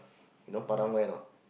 you know Padang where not